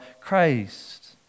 Christ